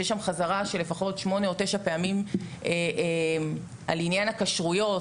יש שם חזרה של לפחות 8 או 9 פעמים על עניין הכשרויות.